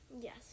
Yes